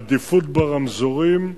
עדיפות ברמזורים.